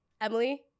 Emily